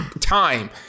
time